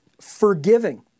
forgiving